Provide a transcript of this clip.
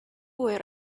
were